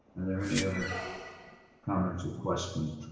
and there any other comments or questions?